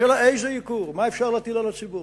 והשאלה היא איזה ייקור ומה אפשר להטיל על הציבור.